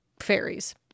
fairies